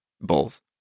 bulls